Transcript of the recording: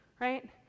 right